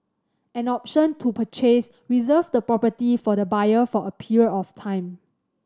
an option to purchase reserve the property for the buyer for a period of time